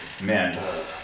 Man